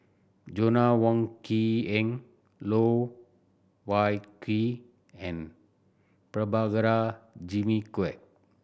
Joanna Wong Quee Heng Loh Wai Kiew and Prabhakara Jimmy Quek